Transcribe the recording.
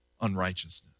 unrighteousness